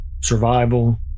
survival